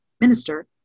minister